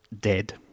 dead